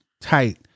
tight